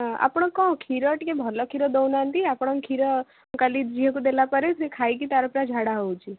ହଁ ଆପଣ କ'ଣ କ୍ଷୀର ଟିକେ ଭଲ କ୍ଷୀର ଦେଉନାହାନ୍ତି ଆପଣଙ୍କ କ୍ଷୀର କାଲି ଝିଅକୁ ଦେଲା ପରେ ସିଏ ଖାଇକି ତାର ପୁରା ଝାଡ଼ା ହେଉଛି